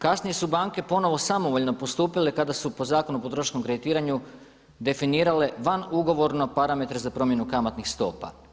Kasnije su banke ponovo samovoljno postupile kada su po Zakonu o potrošačkom kreditiranju definirale van ugovorno parametre za promjenu kamatnih stopa.